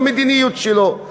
למדיניות שלו.